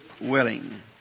willing